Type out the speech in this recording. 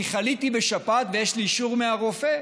כי חליתי בשפעת, ויש לי אישור מהרופא,